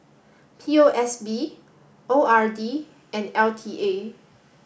P O S B O R D and L T A